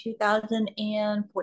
2014